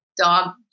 dog